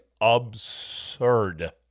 absurd